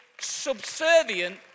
subservient